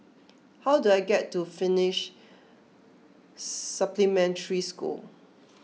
how do I get to Finnish Supplementary School